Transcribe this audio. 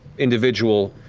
individual.